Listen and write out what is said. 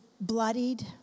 bloodied